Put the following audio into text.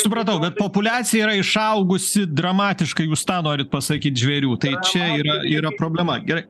supratau bet populiacija yra išaugusi dramatiškai jūs tą norit pasakyt žvėrių tai čia yra yra problema gerai